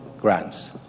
grants